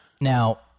Now